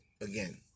again